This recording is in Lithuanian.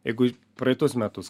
jeigu praeitus metus